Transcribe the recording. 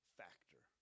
factor